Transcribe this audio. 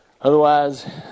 Otherwise